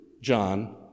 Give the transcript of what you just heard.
John